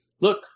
look